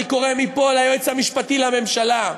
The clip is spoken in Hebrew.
אני קורא מפה ליועץ המשפטי לממשלה: